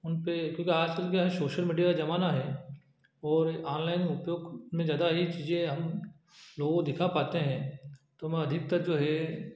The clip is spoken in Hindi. उन पर क्योंकि आजकल क्या है सोशल मीडिया का जमाना है और आनलाइन उपयोग में ज़्यादा ही चीज़ें हम लोगों को दिखा पाते हैं तो मैं अधिकतर जो है